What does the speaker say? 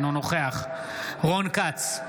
אינו נוכח רון כץ,